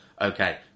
okay